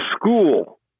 school